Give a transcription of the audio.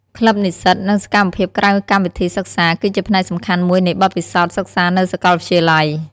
ក្លឹបនិស្សិត និងសកម្មភាពក្រៅកម្មវិធីសិក្សា គឺជាផ្នែកសំខាន់មួយនៃបទពិសោធន៍សិក្សានៅសាកលវិទ្យាល័យ។